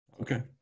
okay